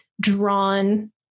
drawn